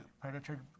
predator